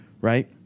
right